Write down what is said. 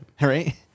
Right